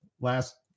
last